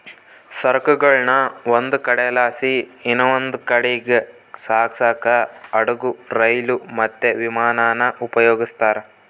ಸರಕುಗುಳ್ನ ಒಂದು ಕಡೆಲಾಸಿ ಇನವಂದ್ ಕಡೀಗ್ ಸಾಗ್ಸಾಕ ಹಡುಗು, ರೈಲು, ಮತ್ತೆ ವಿಮಾನಾನ ಉಪಯೋಗಿಸ್ತಾರ